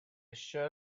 should